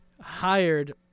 hired